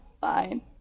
Fine